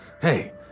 Hey